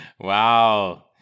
Wow